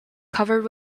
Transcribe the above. covered